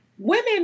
Women